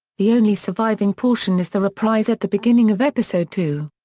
the only surviving portion is the reprise at the beginning of episode two.